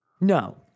No